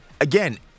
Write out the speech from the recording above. again